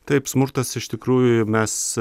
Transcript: taip smurtas iš tikrųjų mes